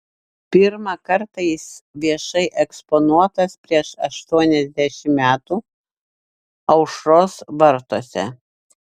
pirmą kartą jis viešai eksponuotas prieš aštuoniasdešimt metų aušros vartuose